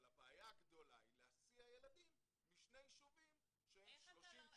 אבל הבעיה הגדולה היא להסיע ילדים משני יישובים שהם 30 ק"מ.